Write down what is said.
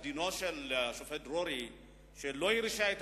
בפסק-דינו של השופט דרורי הוא לא הרשיע את